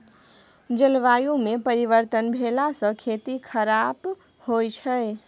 जलवायुमे परिवर्तन भेलासँ खेती खराप होए छै